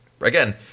again